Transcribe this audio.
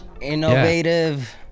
Innovative